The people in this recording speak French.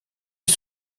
les